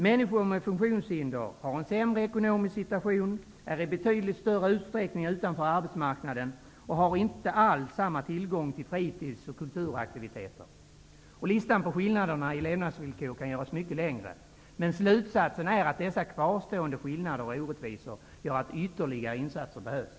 Människor med funktionshinder har en sämre ekonomisk situation, är i betydligt större utsträckning utanför arbetsmarknaden, har inte alls samma tillgång till fritids och kulturaktiviteter. Listan på skillnader i levnadsvillkor kan göras mycket längre. Men slutsatsen är att dessa kvarstående skillnader och orättvisor gör att ytterligare insatser behövs.